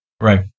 Right